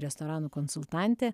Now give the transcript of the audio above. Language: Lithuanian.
restoranų konsultantė